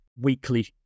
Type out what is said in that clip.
weekly